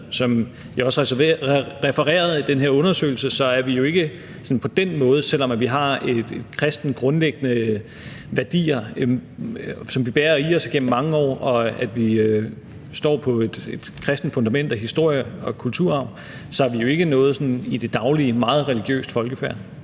Som jeg også refererede fra den her undersøgelse, er vi jo, selv om vi har kristne grundlæggende værdier, som vi har båret i os igennem mange år, og vi står på et kristent fundament af historie og kulturarv, ikke noget sådan i det daglige meget religiøst folkefærd.